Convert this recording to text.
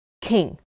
king